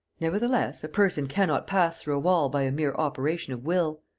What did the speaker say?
nevertheless, a person cannot pass through a wall by a mere operation of will.